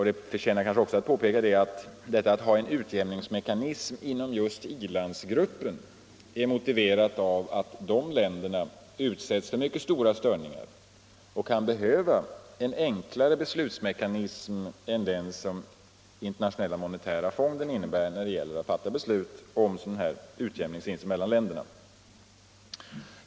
Det förtjänar kanske också att påpekas att det att ha en utjämningsmekanism inom i-landsgruppen är motiverat av att dessa länder utsätts för mycket stora störningar och kan behöva en enklare beslutsmekanism än den som den lansproblemen på grund av de höjda lansproblemen på grund av de höjda oljepriserna internationella monetära fonden innebär när det gäller att fatta beslut om en sådan här utjämning mellan länderna.